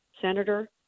Senator